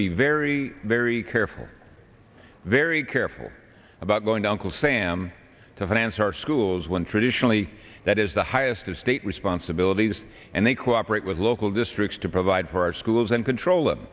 be very very careful very careful about going downhill sam to finance our schools when traditionally that is the highest of state responsibilities and they cooperate with local districts to provide for our schools and control